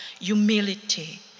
humility